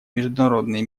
международные